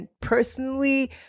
personally